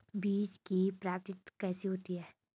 बीज की प्राप्ति कैसे होती है?